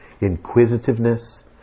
inquisitiveness